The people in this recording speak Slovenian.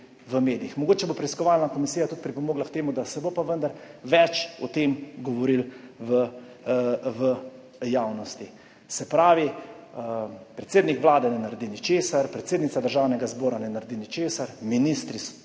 Mogoče bo preiskovalna komisija tudi pripomogla k temu, da se bo pa vendar o tem več govorilo v javnosti. Se pravi, predsednik Vlade ne naredi ničesar, predsednica Državnega zbora ne naredi ničesar, ministri ne